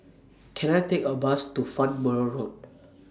Can I Take A Bus to Farnborough Road